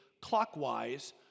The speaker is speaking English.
clockwise